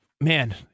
man